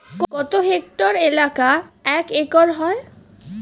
কত হেক্টর এলাকা এক একর হয়?